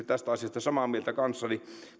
tästä asiasta samaa mieltä kanssani